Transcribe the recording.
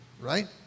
right